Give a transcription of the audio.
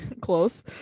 Close